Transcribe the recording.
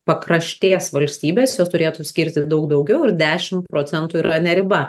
pakraštės valstybės jos turėtų skirti daug daugiau ir dešim procentų yra ne riba